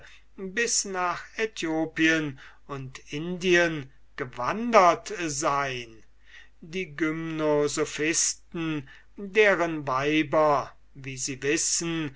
bis nach aethiopien und indien gewandert sein die gymnosophisten deren weiber wie sie wissen